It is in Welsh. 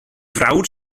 frawd